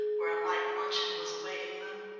where a light luncheon was awaiting them.